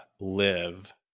live